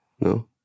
No